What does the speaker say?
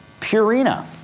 Purina